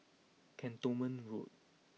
Cantonment Road